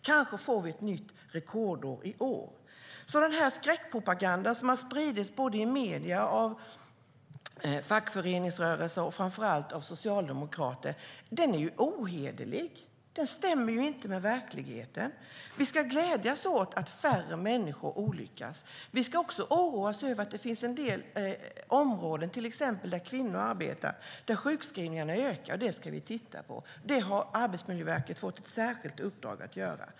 Kanske får vi ett nytt rekord i år. Den skräckpropaganda som har spridits i medier, av fackföreningsrörelse och framför allt av socialdemokrater är ohederlig. Den stämmer inte med verkligheten. Vi ska glädjas åt att färre människor drabbas av olyckor. Men vi ska också oroa oss över att det finns en del områden, till exempel där kvinnor arbetar, där sjukskrivningarna ökar. Det har Arbetsmiljöverket fått ett särskilt uppdrag att titta på.